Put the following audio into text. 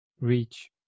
reach